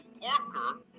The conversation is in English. Parker